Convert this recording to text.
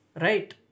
right